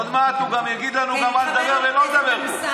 עוד מעט הוא יגיד לנו גם מה לדבר ולא לדבר פה.